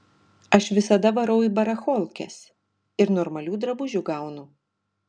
aš visada varau į baracholkes ir normalių drabužių gaunu